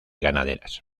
ganaderas